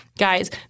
Guys